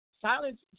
Silence